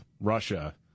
Russia